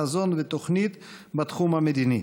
חזון ותוכנית בתחום המדיני.